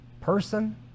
person